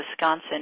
Wisconsin